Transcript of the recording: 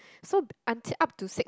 so until up to six